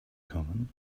common